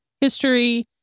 history